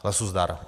Lesu zdar.